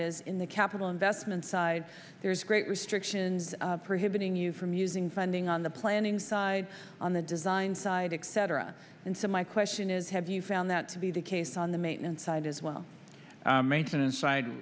is in the capital investment side there's great restrictions prohibiting you from using funding on the planning side on the design side except for us and so my question is have you found that to be the case on the maintenance side as well maintenance side